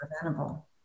preventable